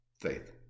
Faith